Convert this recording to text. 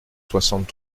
soixante